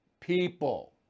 people